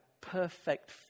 perfect